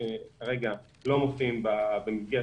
שכרגע לא מופיעים במסגרת